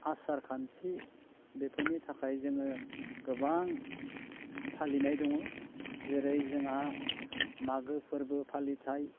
आसार खान्थि बेफोरनि थाखाय जोङो गोबां फालिनाय दङ जेरै जोंहा मागो फोरबो फालिथाय